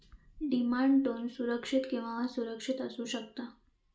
demand loan सुरक्षित किंवा असुरक्षित असू शकता